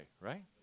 right